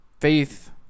faith